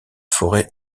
forêt